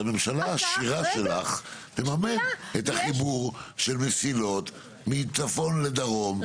אז הממשלה העשירה שלך תממן את החיבור של מסילות מצפון לדרום,